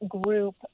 group